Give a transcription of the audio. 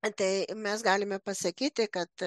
tai mes galime pasakyti kad